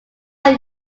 are